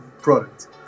product